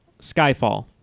Skyfall